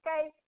okay